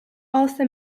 also